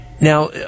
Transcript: Now